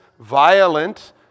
violent